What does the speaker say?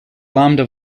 lambda